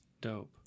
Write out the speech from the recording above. dope